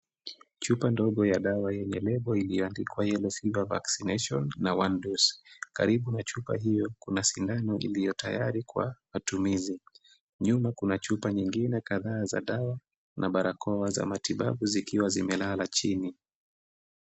Chupa ndogo ya dawa yenye lebo iliyo andikwa yellow fever vaccination na 1 dosi, karibu na chupa hiyo kuna sindano iliyotayari kwa watumizi, Nyuma kuna chupa nyingine kadhaa za dawa, na barakoa za matibabu zikiwa zimelala la chini.